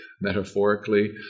metaphorically